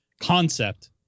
concept